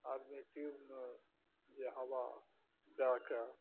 आदमी ट्यूबमे जे हवा दैके